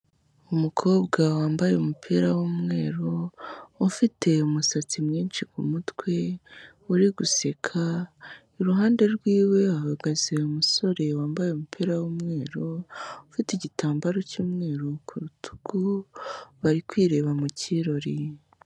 Umukobwa wambaye umupira w'umweru, ufite umusatsi mwinshi k'umutwe, uri guseka, iruhande rw'iwe hahagaze umusore wambaye umupira w'umweru, ufite igitambaro cy'umweru ku rutugu bari kwireba mu kirori.